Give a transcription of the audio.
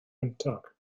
wyntog